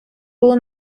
було